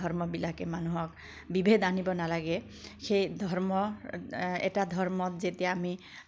ধৰ্মবিলাকে মানুহক বিভেদ আনিব নালাগে সেই ধৰ্ম এটা ধৰ্মত যেতিয়া আমি